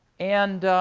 and